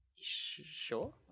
Sure